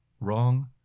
Wrong